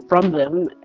from them.